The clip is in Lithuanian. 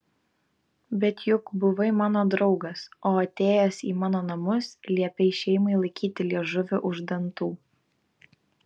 bet juk buvai mano draugas o atėjęs į mano namus liepei šeimai laikyti liežuvį už dantų